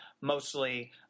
mostly